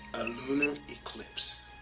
a lunar eclipse.